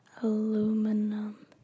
Aluminum